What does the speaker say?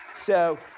so,